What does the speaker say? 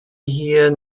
hier